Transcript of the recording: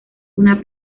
una